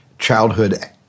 childhood